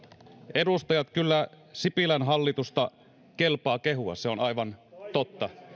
edustajat kyllä sipilän hallitusta kelpaa kehua se on aivan totta